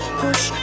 push